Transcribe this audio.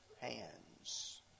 hands